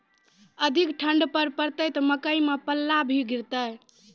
अधिक ठंड पर पड़तैत मकई मां पल्ला भी गिरते?